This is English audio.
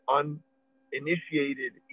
uninitiated